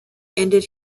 ended